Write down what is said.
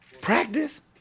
Practice